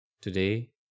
Today